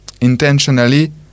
intentionally